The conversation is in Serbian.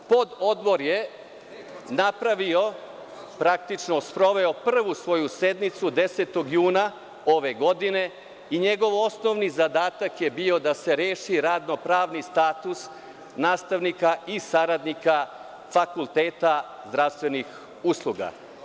Pododbor je napravio, praktično sproveo prvu svoju sednicu 10. juna ove godine i njegov osnovni zadatak je bio da se reši radno-pravni status nastavnika i saradnika fakulteta zdravstvenih usluga.